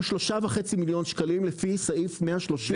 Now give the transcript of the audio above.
הוא 3.5 מיליון שקלים לפי סעיף 130,